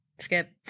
Skip